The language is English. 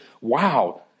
wow